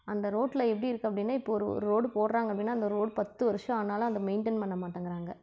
அந்த ரோட்டில் எப்படி இருக்கு அப்படின்னா இப்போ ஒரு ரோடு போடுறாங்க அப்படின்னா அந்த ரோடு பத்து வருஷம் ஆனாலும் அத மெயின்டென் பண்ண மாட்டேங்கிறாங்க